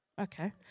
Okay